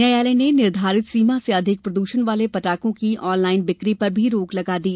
न्यायालय ने निर्धारित सीमा से अधिक प्रद्रषण वाले पटाखों की ऑनलाइन बिक्री पर भी रोक लगा दी